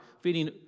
feeding